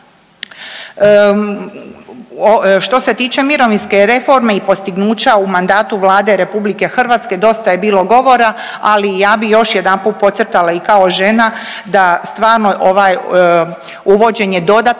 Što se tiče mirovinske reforme i postignuća u mandatu Vlade Republike Hrvatske dosta je bilo govora, ali ja bih još jedanput podcrtala i kao žena da stvarno ovo uvođenje dodatnog